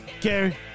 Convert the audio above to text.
Gary